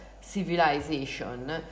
civilization